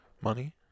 Money